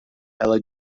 ela